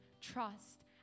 trust